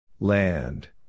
Land